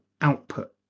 output